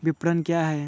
विपणन क्या है?